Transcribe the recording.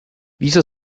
wieso